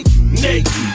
Naked